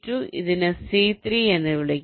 നമുക്ക് അതിനെ C3 എന്ന് വിളിക്കാം